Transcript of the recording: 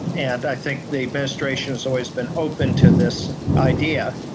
and i think the administration has always been open to this idea.